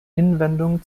hinwendung